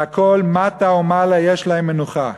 והכול, מטה ומעלה, יש להם מנוחה.